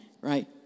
Right